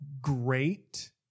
great